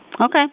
Okay